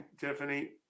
Tiffany